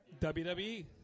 WWE